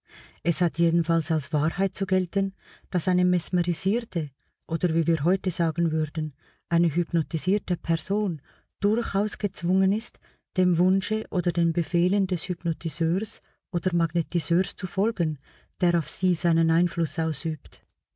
es hat jedenfalls als wahrheit zu gelten daß eine mesmerisierte oder wie wir heute sagen würden eine hypnotisierte person durchaus gezwungen ist dem wunsche oder den befehlen des hypnotiseurs oder magnetiseurs zu folgen der auf sie seinen einfluß ausübt